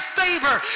favor